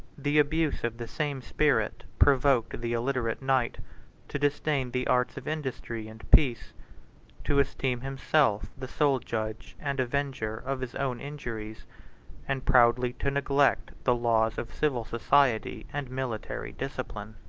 the abuse of the same spirit provoked the illiterate knight to disdain the arts of industry and peace to esteem himself the sole judge and avenger of his own injuries and proudly to neglect the laws of civil society and military discipline.